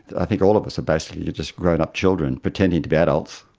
i think all of us are basically just grown up children pretending to be adults,